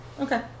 Okay